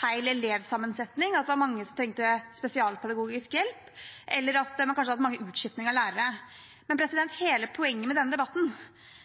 feil elevsammensetting, at det var mange som trengte spesialpedagogisk hjelp, eller at det hadde vært mye utskifting av lærere. Men hele poenget med denne debatten